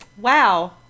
wow